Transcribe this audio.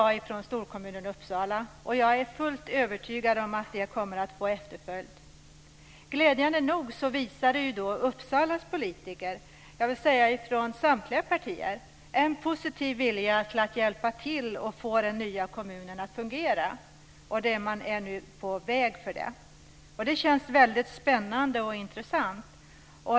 Nu är också fallet att det blir så, och jag är fullt övertygad om att detta kommer att få efterföljd. Glädjande nog visade Uppsalas politiker från samtliga partier, vill jag säga, en positiv vilja till att hjälpa till och få den nya kommunen att fungera, och detta är man nu på väg med. Det känns väldigt spännande och intressant.